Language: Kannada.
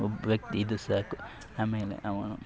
ಒಬ್ಬ ವ್ಯಕ್ತಿ ಇದು ಸಾಕು ಆಮೇಲೆ ಅವನು